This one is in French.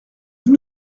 vous